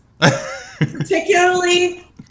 particularly